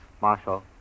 Marshal